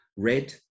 red